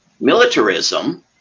militarism